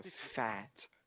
fat